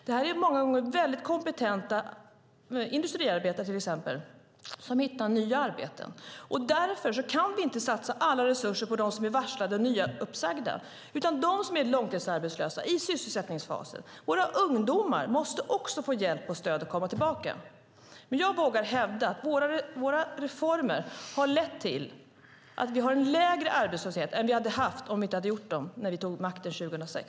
Detta handlar många gånger om mycket kompetenta industriarbetare till exempel som hittar nya arbeten. Därför kan vi inte satsa alla resurser på dem som är varslade eller som nyss har sagts upp. De som är långtidsarbetslösa och i sysselsättningsfasen och våra ungdomar måste också få hjälp och stöd att komma tillbaka. Jag vågar hävda att våra reformer har lett till att vi har en lägre arbetslöshet än vi hade haft om vi inte hade genomfört dem när vi tog makten 2006.